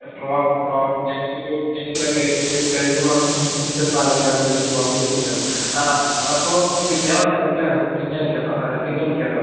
ഞങ്ങൾക്ക് ഇതൊക്കെ കഴിഞ്ഞ മാസം മിസ്റ്റർ പാലക്കാടിൻ്റെയൊരു ട്രോഫി കിട്ടിയെന്നു അപ്പോൾ പിന്നെ ഞാൻ ഇവിടെ തിരക്കിലാണ് പിന്നെ വയ്ക്കാം അപ്പം അല്ല പിന്നെ വിളിക്കാം കേട്ടോ